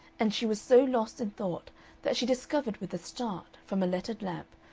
and she was so lost in thought that she discovered with a start, from a lettered lamp,